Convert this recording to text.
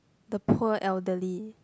the poor elderly